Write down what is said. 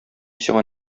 сиңа